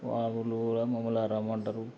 వాళ్ళు కూడా మమల్ని రమ్మంటారు